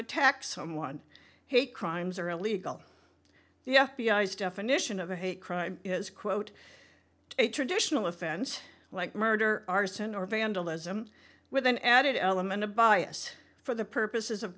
attack someone hate crimes are illegal the f b i s definition of a hate crime is quote a traditional offense like murder arson or vandalism with an added element of bias for the purposes of